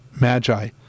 Magi